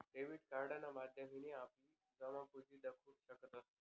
debit कार्डना माध्यमथीन आपली जमापुंजी दखु शकतंस